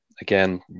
again